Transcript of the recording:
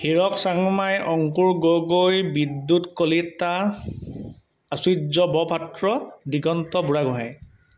Hirak Changmai Ankur Gogoi Bidyut Kalita Acharya Borpatra Diganta Burhagohain